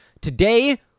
today